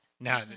now